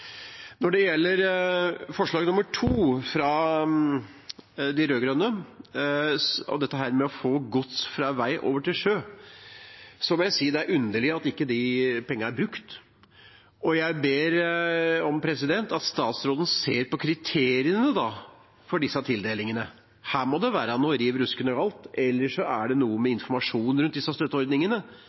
når det gjelder Vestkorridoren. Når det gjelder forslag nr. 2, fra de rød-grønne, og dette med å få gods fra vei over til sjø, må jeg si det er underlig at de pengene ikke er brukt, og jeg ber om at statsråden ser på kriteriene for disse tildelingene. Her må det være noe riv ruskende galt, eller det må være noe med informasjonen rundt disse støtteordningene,